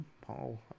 Paul